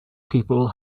people